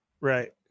right